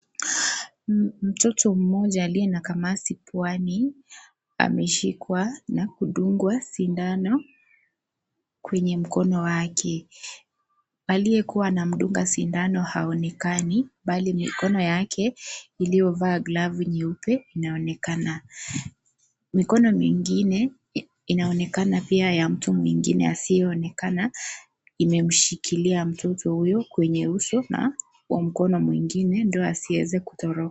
Mtoto mmoja aliye na makamasi puani ameshikwa na kudungwa sindano kwenye mkono wake, aliyekuwa anamdunga sindano aonekani bali mikono yake iliyovaa glavu nyeupe inaonekana, mikono mingine inaonekana pia ya mtu mwingine asiyeonekana imemshikilia mtoto huyo kwenye uso na kwenye mkono mwingine ndio asiwe kutoroka.